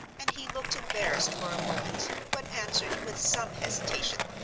and he looked embarrassed for a moment, but answered with some hesitation,